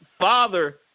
Father